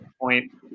point